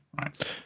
right